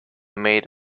made